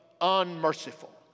unmerciful